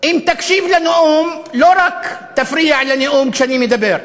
אם תקשיב לנאום, לא רק תפריע לנאום כשאני מדבר.